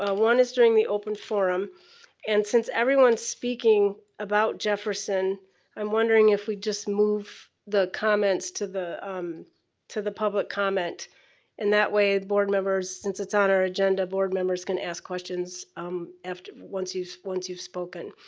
ah one is during the open forum and since everyone's speaking about jefferson i'm wondering if we just move the comments to the um to the public comment and that way board members, since it's on our agenda board members can ask questions um once you've once you've spoken.